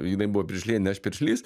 jinai buvo piršlienė aš piršlys